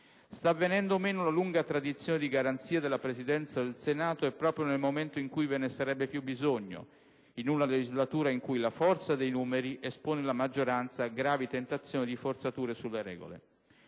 Sta venendo meno la lunga tradizione di garanzia della Presidenza del Senato e proprio nel momento in cui ve ne sarebbe più bisogno, in una legislatura in cui la forza dei numeri espone la maggioranza a gravi tentazioni di forzature sulle regole.